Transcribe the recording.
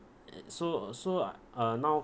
ac~ so so a~ uh now